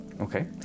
Okay